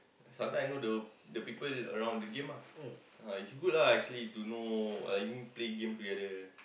sometime I know the the people around the game ah ah it's good lah actually to know like I mean play game together